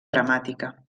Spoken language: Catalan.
dramàtica